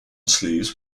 sleeves